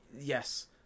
Yes